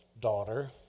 daughter